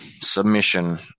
submission